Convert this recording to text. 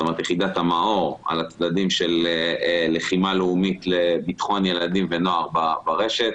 יחידת המאור על הצדדים של לחימה לאומית לביטחון ילדים ונוער ברשת,